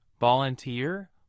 volunteer